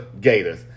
Gators